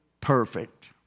perfect